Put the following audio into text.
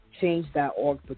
change.org